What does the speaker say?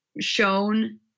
shown